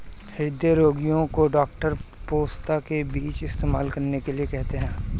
हृदय रोगीयो को डॉक्टर पोस्ता के बीजो इस्तेमाल करने को कहते है